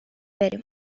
بریم